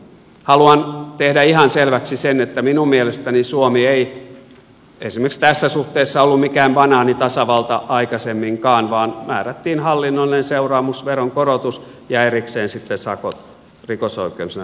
haluan tehdä ihan selväksi sen että minun mielestäni suomi ei esimerkiksi tässä suhteessa ollut mikään banaanitasavalta aikaisemminkaan vaan määrättiin hallinnollinen seuraamus veronkorotus ja erikseen sitten sakot rikosoikeudellisena seuraamuksena